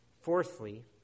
Fourthly